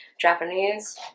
Japanese